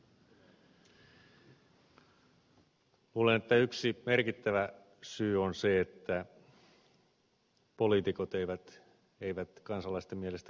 luulen että yksi merkittävä syy on se että poliitikot eivät kansalaisten mielestä kuuntele